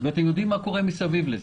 ואתם יודעים מה קורה מסביב לזה.